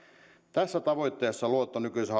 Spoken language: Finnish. tässä tavoitteessa luotto nykyiseen